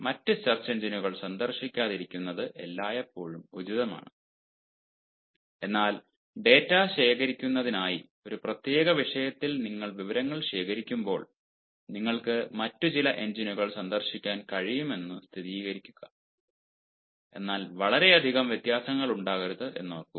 മറ്റ് സെർച്ച് എഞ്ചിനുകൾ സന്ദർശിക്കാതിരിക്കുന്നത് എല്ലായ്പ്പോഴും ഉചിതമാണ് എന്നാൽ ഡാറ്റ ശേഖരണത്തിനായി ഒരു പ്രത്യേക വിഷയത്തിൽ നിങ്ങൾ വിവരങ്ങൾ ശേഖരിക്കുമ്പോൾ നിങ്ങൾക്ക് മറ്റ് ചില എഞ്ചിനുകൾ സന്ദർശിക്കാൻ കഴിയുമെന്ന് സ്ഥിരീകരിക്കുക എന്നാൽ വളരെയധികം വ്യത്യാസങ്ങൾ ഉണ്ടാകരുത് എന്ന് ഓർക്കുക